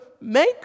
make